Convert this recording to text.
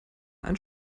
einen